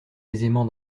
aisément